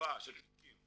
מקיפה של תיקים.